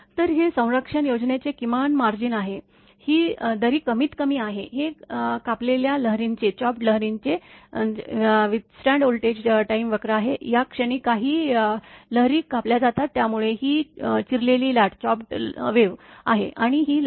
तर हे संरक्षण योजनेचे किमान मार्जिन आहे ही दरी कमीत कमी आहे हे कापलेल्या लहरींचे विथस्टँड व्होल्टेज टाईम वक्र आहे या क्षणी काही लहरी कापल्या जातात त्यामुळे ही चिरलेली लाट आहे आणि ही लाट आहे